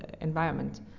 environment